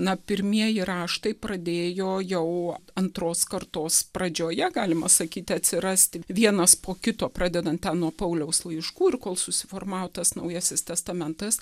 na pirmieji raštai pradėjo jau antros kartos pradžioje galima sakyti atsirasti vienas po kito pradedant ten nuo pauliaus laiškų ir kol susiformavo tas naujasis testamentas